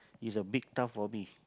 it's a bit tough for me